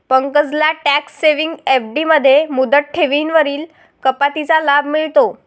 पंकजला tax saving FD मध्ये मुदत ठेवींवरील कपातीचा लाभ मिळतो